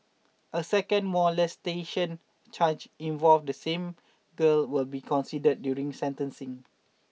a second molestation charge involve the same girl will be considered during sentencing